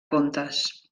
contes